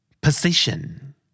Position